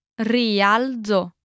rialzo